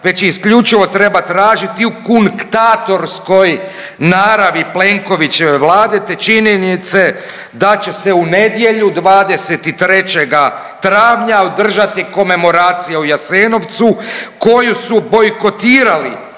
već isključivo treba tražiti u kunktatorskoj naravi Plenkovićeve Vlade, te činjenice da će se u nedjelju 23. travnja održati komemoracija u Jasenovcu koju su bojkotirali